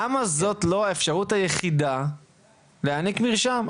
למה זאת לא האפשרות היחידה להעניק מהרשם?